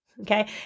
okay